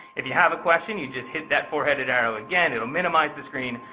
if you have a question, you just hit that four-headed arrow again. it will minimize the screen,